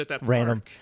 random